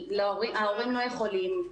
ההורים לא יכולים.